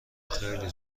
خیلی